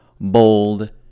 Bold